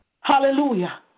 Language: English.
Hallelujah